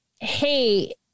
Hey